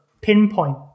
pinpoint